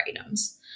items